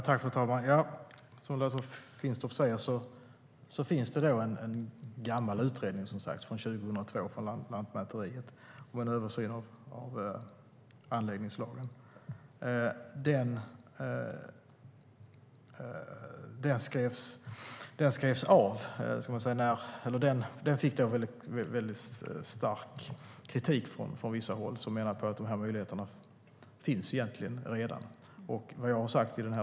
Fru talman! Som Lotta Finstorp säger finns det en gammal utredning från Lantmäteriet med en översyn av anläggningslagen. Den fick stark kritik från vissa håll. Man menade att dessa möjligheter redan fanns.